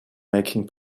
making